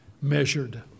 measured